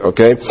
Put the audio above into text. Okay